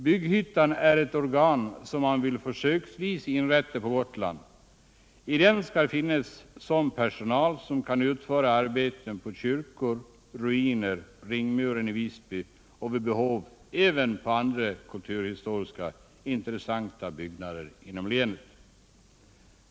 Bygghyttan är ett organ som man försöksvis vill inrätta på Gotland. I denna skall finnas sådan pesonal som kan utföra arbeten på kyrkor, ruiner, ringmuren i Visby och vid behov även på andra kulturhistoriskt intressanta byggnader inom länet.